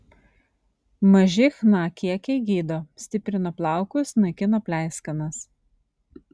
maži chna kiekiai gydo stiprina plaukus naikina pleiskanas